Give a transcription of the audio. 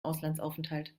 auslandsaufenthalt